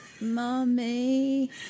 mommy